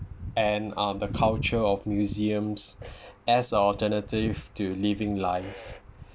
and uh the culture of museums as alternative to living life